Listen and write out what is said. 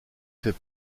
fait